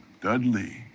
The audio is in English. Dudley